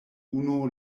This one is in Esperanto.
unu